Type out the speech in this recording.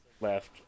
Left